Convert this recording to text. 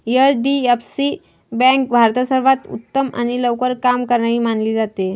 HDFC bank भारतात सर्वांत उत्तम आणि लवकर काम करणारी मानली जाते